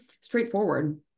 straightforward